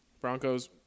Broncos